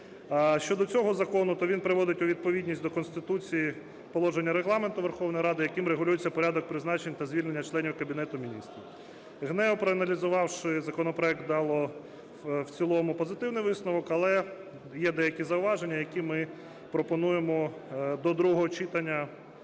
Щодо цього закону, то він приводить у відповідність до Конституції положення Регламенту Верховної Ради, яким регулюється порядок призначення та звільнення членів Кабінету Міністрів. ГНЕУ, проаналізувавши законопроект, дало в цілому позитивний висновок. Але є деякі зауваження, які ми пропонуємо до другого читання